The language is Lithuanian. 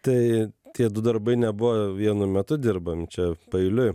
tai tie du darbai nebuvo vienu metu dirbami čia paeiliui